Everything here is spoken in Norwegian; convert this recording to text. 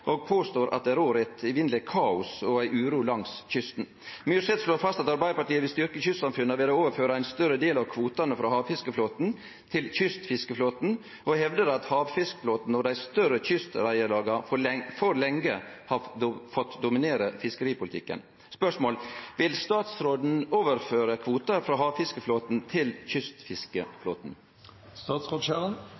og påstår at det rår eit evinneleg kaos og ei uro langs kysten. Myrseth slår fast at Arbeidarpartiet vil styrke kystsamfunna ved å overføre ein større del av kvotane frå havfiskeflåten til kystfiskeflåten, og hevdar at havfiskeflåten og dei større kystreiarlaga for lenge har fått dominere fiskeripolitikken. Vil statsråden overføre kvotar frå havfiskeflåten til